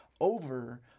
over